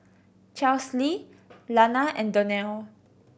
Chesley Lana and Donell